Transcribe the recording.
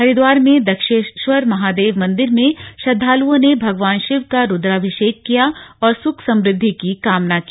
हरिद्वार में दक्षेश्वर महादेव मंदिर में श्रद्वालुओं ने भगवान शिव का रुद्राभिषेक किया और सुख समृद्धि की कामना की